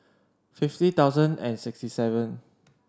fifty thousand and sixty seven